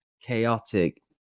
chaotic